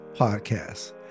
podcast